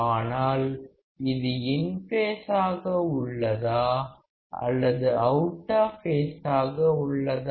ஆனால் இது இன் பேசாக உள்ளதா அல்லது அவுட் ஆஃப் பேஸாக உள்ளதா